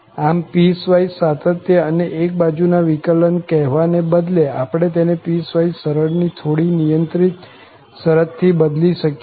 આમ પીસવાઈસ સાતત્ય અને એક બાજુ ના વિકલન કહેવાના બદલે આપણે તેને પીસવાઈસ સરળ ની થોડી નિયંત્રિત શરત થી બદલી શકીએ છીએ